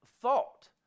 thought